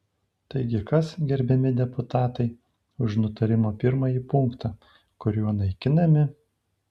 taigi kas gerbiami deputatai už nutarimo pirmąjį punktą kuriuo naikinami